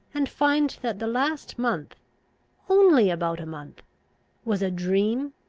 and find that the last month only about a month was a dream?